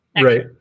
right